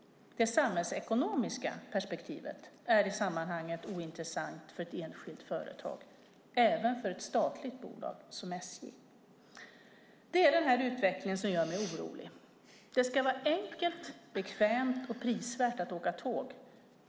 Det samhällsekonomiska perspektivet är i sammanhanget ointressant för ett enskilt företag - även för ett statligt bolag som SJ. Det är denna utveckling som gör mig orolig. Det ska vara enkelt, bekvämt och prisvärt att åka tåg.